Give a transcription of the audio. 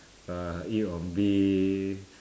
uh eat on bed